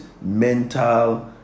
mental